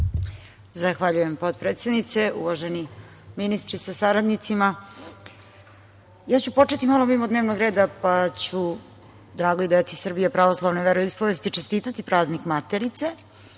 Zahvaljujem, potpredsednice. Uvaženi ministri sa saradnicima, počeću mimo dnevnog reda, pa ću dragoj deci Srbije, sprske pravoslavne veroispovesti čestitati praznik Materice,